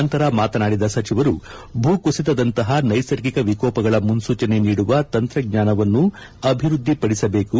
ನಂತರ ಮಾತನಾಡಿದ ಸಚಿವರು ಭೂಕುಸಿತದಂತಹ ನೈಸರ್ಗಿಕ ವಿಕೋಪಗಳ ಮುನ್ಲೂಚನೆ ನೀಡುವ ತಂತ್ರಜ್ಞಾನವನ್ನು ಅಭಿವೃದ್ಧಿಪಡಿಸಬೇಕು